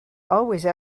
always